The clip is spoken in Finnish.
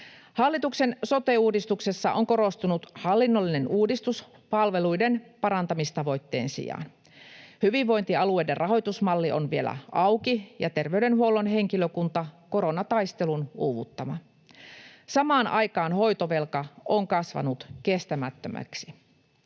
Hallituksen sote-uudistuksessa on korostunut hallinnollinen uudistus palveluiden parantamistavoitteen sijaan. Hyvinvointialueiden rahoitusmalli on vielä auki, ja terveydenhuollon henkilökunta on koronataistelun uuvuttama. Samaan aikaan hoitovelka on kasvanut kestämättömäksi.